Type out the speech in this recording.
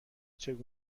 سوالاتی